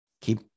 keep